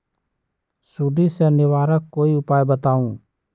सुडी से निवारक कोई उपाय बताऊँ?